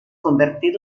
convertir